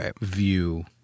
view